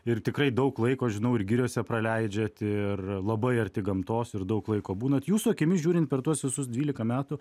ir tikrai daug laiko žinau ir giriose praleidžiat ir labai arti gamtos ir daug laiko būnat jūsų akimis žiūrint per tuos visus dvylika metų